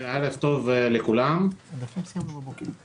אנחנו פשוט מקדימים תקן של נהג משנת 2022 לשנת 2021 בגלל הגידול בהיקף